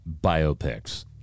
biopics